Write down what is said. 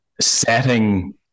setting